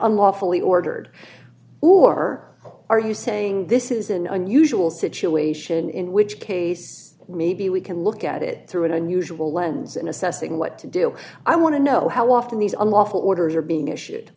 unlawfully ordered or are you saying this is an unusual situation in which case maybe we can look at it through an unusual lens in assessing what to do i want to know how often these unlawful orders are being